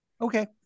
Okay